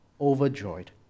overjoyed